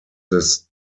this